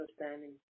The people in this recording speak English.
understanding